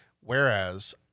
Whereas